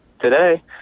today